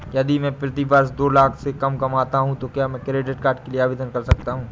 यदि मैं प्रति वर्ष दो लाख से कम कमाता हूँ तो क्या मैं क्रेडिट कार्ड के लिए आवेदन कर सकता हूँ?